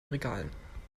regalen